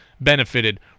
benefited